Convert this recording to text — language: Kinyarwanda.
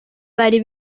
bari